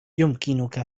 يمكنك